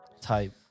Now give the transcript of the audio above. type